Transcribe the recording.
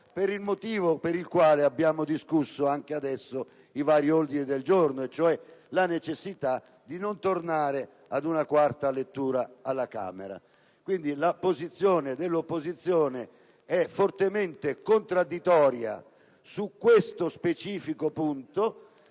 per il motivo per il quale abbiamo discusso, anche adesso, i vari ordini del giorno, cioè la necessità di non tornare ad una quarta lettura alla Camera. L'atteggiamento dell'opposizione è quindi fortemente contraddittorio su questo specifico punto,